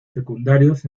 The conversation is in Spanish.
secundarios